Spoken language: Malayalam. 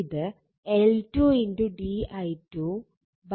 ഇത് L2di2 dt ആണ്